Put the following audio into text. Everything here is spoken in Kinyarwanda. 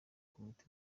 komite